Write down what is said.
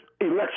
election